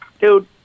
dude